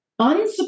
unsupportive